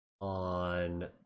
On